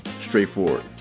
straightforward